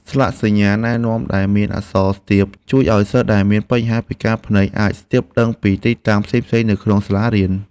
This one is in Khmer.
ស្លាកសញ្ញាណែនាំដែលមានអក្សរស្ទាបជួយឱ្យសិស្សដែលមានបញ្ហាពិការភ្នែកអាចស្ទាបដឹងពីទីតាំងផ្សេងៗនៅក្នុងសាលារៀន។